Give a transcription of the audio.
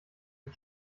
den